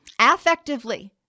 affectively